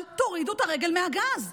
אל תורידו את הרגל מהגז.